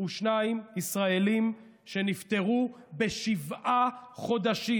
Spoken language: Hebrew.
3,152 ישראלים שנפטרו בשבעה חודשים,